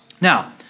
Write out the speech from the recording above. Now